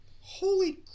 holy